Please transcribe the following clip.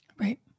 Right